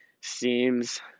seems